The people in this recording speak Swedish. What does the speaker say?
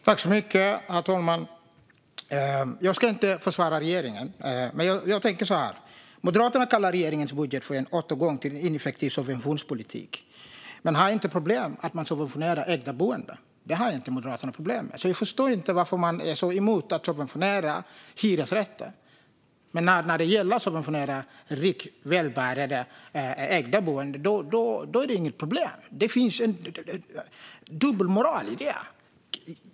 Herr talman! Jag ska inte försvara regeringen, men jag tänker så här: Moderaterna kallar regeringens budget för en återgång till en ineffektiv subventionspolitik men har inga problem med att man subventionerar egna boenden. Jag förstår inte varför man är så emot att subventionera hyresrätter, men när det gäller att subventionera ägda boenden för välbärgade är det inget problem. Det finns en dubbelmoral i det.